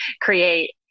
create